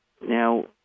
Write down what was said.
Now